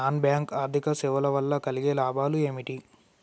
Non bank ఆర్థిక సేవల వల్ల కలిగే లాభాలు ఏమిటి?